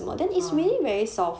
ah